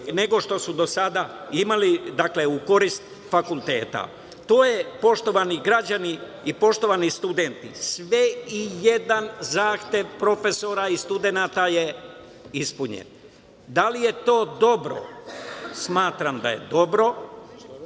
nego što su do sada imali, dakle u korist fakulteta. To je, poštovani građani i poštovani studenti, sve i jedan zahtev profesora i studenata ispunjen. Da li je to dobro? Smatram da je dobro.